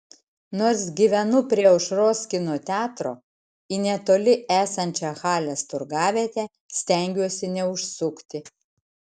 nors gyvenu prie aušros kino teatro į netoli esančią halės turgavietę stengiuosi neužsukti